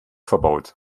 verbaut